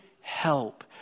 help